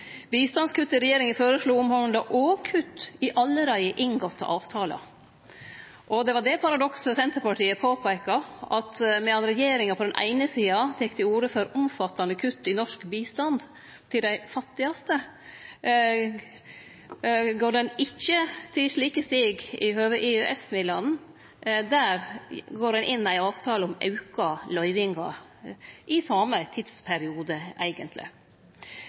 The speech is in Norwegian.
Bistandskuttet regjeringa føreslo, handla òg om kutt i allereie inngåtte avtalar, og det var det paradokset Senterpartiet påpeika, at medan regjeringa på den eine sida tek til orde for omfattande kutt i norsk bistand til dei fattigaste, går ein ikkje til slike steg i høve til EØS-midlane. Der går ein inn i ein avtale om auka løyvingar i same tidsperiode, eigentleg.